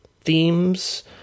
themes